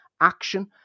Action